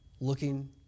looking